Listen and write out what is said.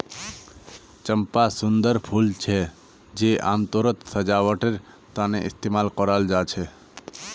चंपा सुंदर फूल छे जे आमतौरत सजावटेर तने इस्तेमाल कराल जा छे